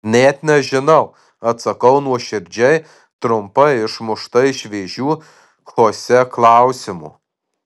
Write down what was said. net nežinau atsakau nuoširdžiai trumpai išmušta iš vėžių chosė klausimo